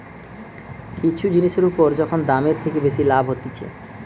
কিছু জিনিসের উপর যখন দামের থেকে বেশি লাভ হতিছে